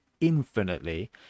infinitely